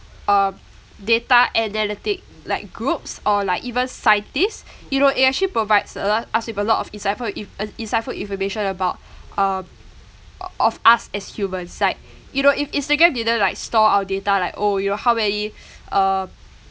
um data analytic like groups or like even scientists you know it actually provides a lar~ us with a lot of insightful in~ uh insightful information about um of us as humans like you know if instagram didn't like store our data like oh you know how many uh